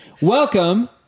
Welcome